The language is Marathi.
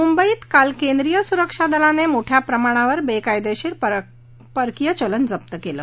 मुंबईत काल केंद्रीय सुरक्षा दलाने मोठ्या प्रमाणावर बेकायदेशीर परक्रिया चलन जप्त केलं